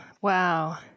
Wow